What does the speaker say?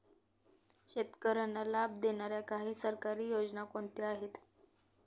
शेतकऱ्यांना लाभ देणाऱ्या काही सरकारी योजना कोणत्या आहेत?